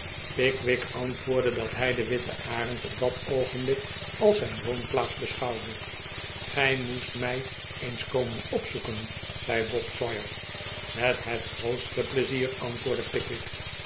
pickwick antwoordde dat hij de witte arend op dat oogenblik als zijn woonplaats beschouwde gij moest mij eens komen opzoeken zei bob sawyer met het grootste pleizier antwoordde pickwick